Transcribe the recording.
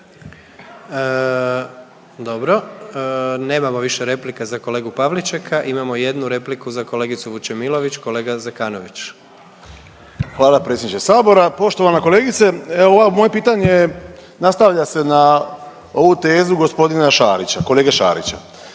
Dobro. Nemamo više replika za kolegu Pavličeka. Imamo jednu repliku za kolegicu Vučemilović. Kolega Zekanović. **Zekanović, Hrvoje (HDS)** Hvala predsjedniče Sabora. Poštovana kolegice evo ovo moje pitanje nastavlja se na ovu tezu gospodina Šarića, kolege Šarića.